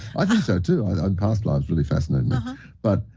i think so, too. and past lives really fascinate but